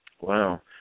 Wow